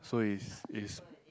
so is is